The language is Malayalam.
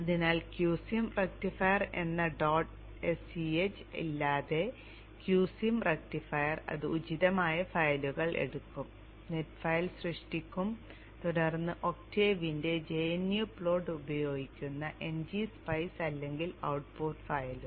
അതിനാൽ q സിം റക്റ്റിഫയർ എന്ന ഡോട്ട് sch ഇല്ലാതെ q സിം റക്റ്റിഫയർ അത് ഉചിതമായ ഫയലുകൾ എടുക്കും നെറ്റ് ഫയൽ സൃഷ്ടിക്കും തുടർന്ന് ഒക്ടേവിന്റെ gnu പ്ലോട്ട് ഉപയോഗിക്കുന്ന n g സ്പൈസ് അല്ലെങ്കിൽ ഔട്ട്പുട്ട് ഫയലും